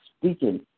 speaking